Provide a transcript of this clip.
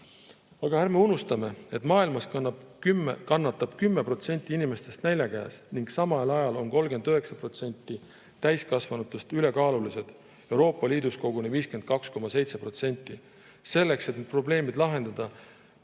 Aga ärme unustame, et maailmas kannatab 10% inimestest nälja käes ning samal ajal on 39% täiskasvanutest ülekaalulised, Euroopa Liidus koguni 52,7%. Selleks, et need probleemid lahendada,